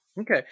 Okay